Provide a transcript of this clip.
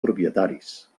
propietaris